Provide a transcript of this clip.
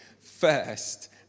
first